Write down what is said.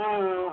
ம்